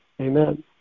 Amen